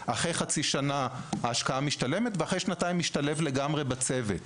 ורק אחרי שנתיים הוא משתלב לגמרי בצוות.